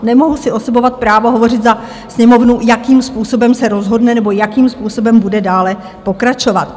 Nemohu si osobovat právo za Sněmovnu, jakým způsobem se rozhodne nebo jakým způsobem bude dále pokračovat.